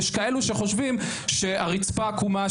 יש כאלו שחושבים שהרצפה עקומה,